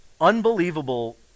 unbelievable